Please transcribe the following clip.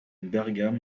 bergam